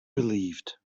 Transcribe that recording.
relieved